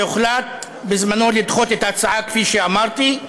והוחלט בזמנו לדחות את ההצעה כפי שאמרתי.